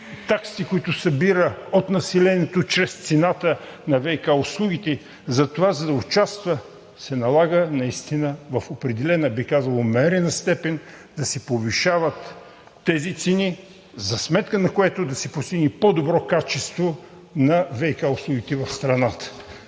таксите, които събира от населението чрез цената на ВиК услугите, за да участва, се налага в определена, бих казал – умерена, степен да се повишават тези цени, за сметка на което да се постигне по-добро качество на ВиК услугите в страната.